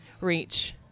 reach